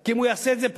כי אם הוא יעשה את זה,